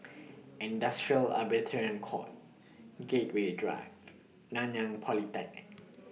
Industrial Court Gateway Drive Nanyang Polytechnic